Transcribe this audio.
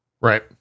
Right